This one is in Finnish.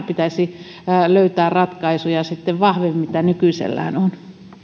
pitäisi löytää ratkaisuja vahvemmin kuin mitä nykyisellään on